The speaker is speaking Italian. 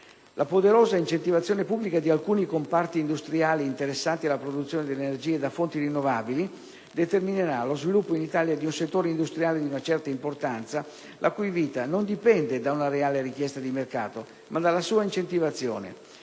La poderosa incentivazione pubblica di alcuni comparti industriali interessati alla produzione delle energie da fonti rinnovabili determinerà lo sviluppo in Italia di un settore industriale di una certa importanza, la cui vita non dipende da una reale richiesta di mercato, ma dalla sua incentivazione.